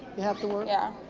you have to work? yeah.